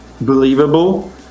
believable